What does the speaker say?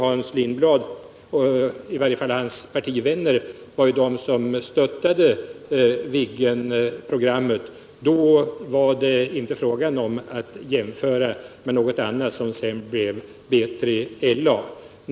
Hans Lindblads partivänner stödde då Viggenprogrammet, och det var inte fråga om att jämföra med något annat, t.ex. det som sedan blev B3LA.